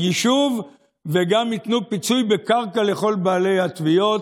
יישוב, וגם ייתנו פיצוי בקרקע לכל בעלי התביעות.